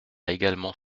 également